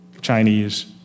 Chinese